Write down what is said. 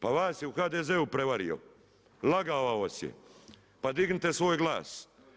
Pa vas je u HDZ-u prevario, lagao vas je, pa dignite svoj glas.